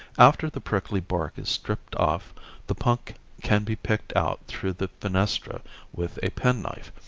after the prickly bark is stripped off the punk can be picked out through the fenestra with a penknife,